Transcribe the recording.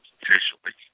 officially